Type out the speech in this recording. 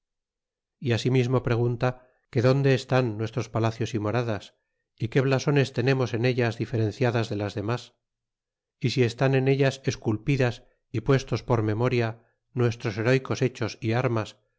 y asimismo pregunta que donde están nuestros palacios y moradas y qué blasones tenemos en ellas diferenciadas de las demás y si estn en ellas esculpidas y puestos por memorias nuestros berecos hechos y armas